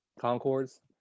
concords